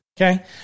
okay